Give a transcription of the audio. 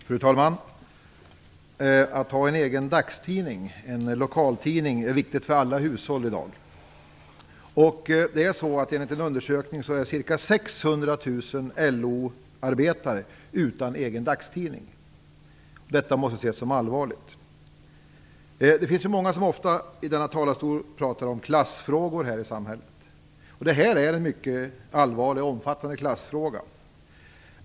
Fru talman! Att ha en egen dagstidning, en lokaltidning, är viktigt för alla hushåll i dag. Enligt en undersökning saknar ca 600 000 LO-arbetare en egen dagstidning. Detta måste ses som allvarligt. Det är ju många som i denna talarstol ofta talar om klassfrågor i samhället. Detta är en mycket allvarlig och omfattande klassfråga.